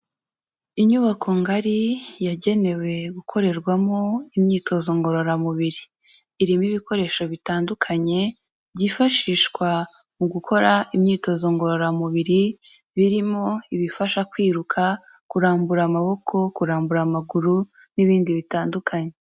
Inyubako ngari yagenewe gukorerwamo imyitozo ngororamubiri, irimo ibikoresho bitandukanye byifashishwa mu gukora imyitozo ngororamubiri birimo ibifasha kwiruka, kurambura amaboko, kurambura amaguru n'ibindi bitandukanye.